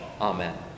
amen